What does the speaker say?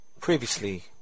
Previously